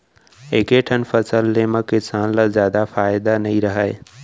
एके ठन फसल ले म किसान ल जादा फायदा नइ रहय